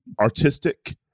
artistic